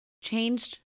changed